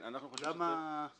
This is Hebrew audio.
אנחנו רוצים להכתיב